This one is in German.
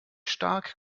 stark